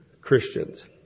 Christians